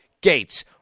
Gates